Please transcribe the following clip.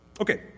Okay